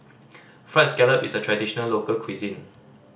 Fried Scallop is a traditional local cuisine